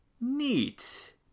neat